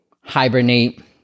hibernate